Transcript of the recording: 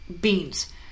beans